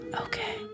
Okay